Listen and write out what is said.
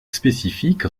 spécifique